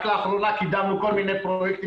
רק לאחרונה קידמנו כל מיני פרויקטים